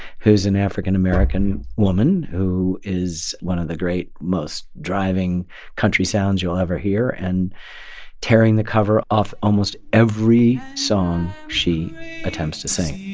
who's an african american woman who is one of the great most driving country sounds you'll ever hear and tearing the cover off almost every song she attempts to sing